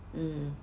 mm